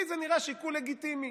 לי זה נראה שיקול לגיטימי